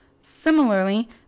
Similarly